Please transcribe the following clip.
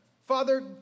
father